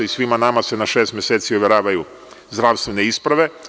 Svima nama se na šest meseci overavaju zdravstvene isprave.